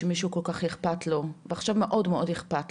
שלמישהו כל כך אכפת ועכשיו מאוד מאוד אכפת